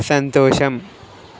సంతోషం